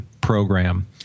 program